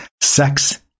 sex